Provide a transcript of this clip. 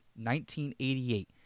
1988